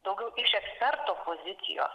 daugiau iš eksperto pozicijos